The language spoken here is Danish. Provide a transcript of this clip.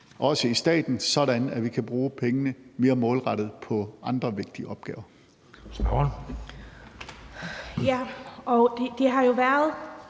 også i staten, sådan at vi kan bruge pengene mere målrettet på andre vigtige opgaver.